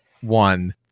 one